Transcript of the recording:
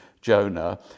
Jonah